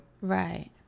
Right